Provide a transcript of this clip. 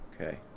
Okay